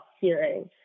hearing